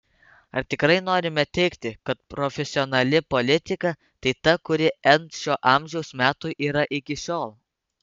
ar tikrai norime teigti kad profesionali politika tai ta kuri n šio amžiaus metų yra iki šiol